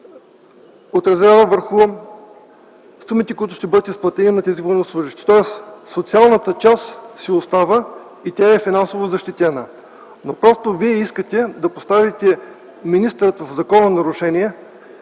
отразява върху сумите, които ще бъдат изплатени на военнослужещите, тоест социалната част си остава и е финансово защитена. Но вие искате да поставите министъра в закононарушение